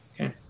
Okay